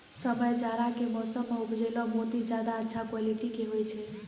समय जाड़ा के मौसम मॅ उपजैलो मोती ज्यादा अच्छा क्वालिटी के होय छै